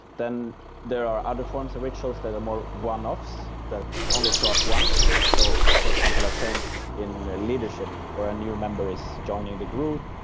then there are other forms of rituals that are more one-offs that only show up once. so, for example, a change in leadership where a new member is joining the group,